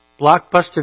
Blockbuster